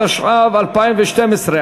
התשע"ב 2012,